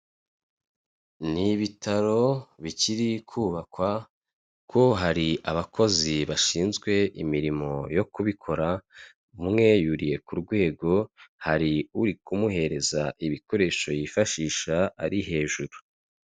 Ni ibitaro bikiri kubakwa ko hari abakozi bashinzwe imirimo yo kubikora umwe yuriye ku rwego hari uri kumuhereza ibikoresho yifashisha ari hejuru.